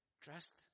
trust